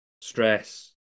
stress